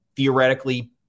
Theoretically